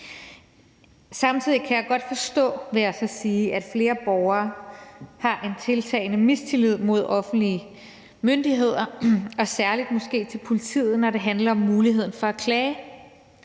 Samtidig kan jeg godt forstå, vil jeg så sige, at flere borgere har en tiltagende mistillid til offentlige myndigheder og måske særlig til politiet, når det handler om muligheden for at klage,